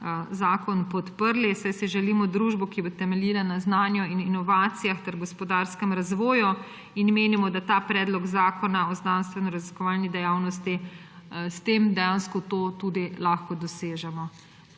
zakon podprli, saj si želimo družbo, ki bo temeljila na znanju in inovacijah ter gospodarskem razvoju, in menimo, da ta predlog zakona o znanstvenoraziskovalni dejavnosti s tem dejansko to tudi lahko dosežemo.